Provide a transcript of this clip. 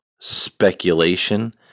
Speculation